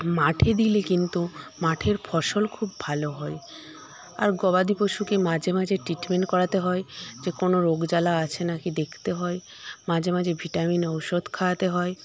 মাঠে দিলে কিন্তু মাঠের ফসল খুব ভালো হয় আর গবাদি পশুকে মাঝে মাঝে ট্রিটমেন্ট করাতে হয় যে কোনও রোগ জ্বালা আছে নাকি দেখতে হয় মাঝে মাঝে ভিটামিন ঔষধ খাওয়াতে হয়